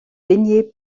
baigné